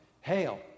Hail